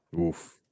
Oof